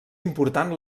important